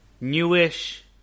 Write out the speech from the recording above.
newish